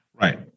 right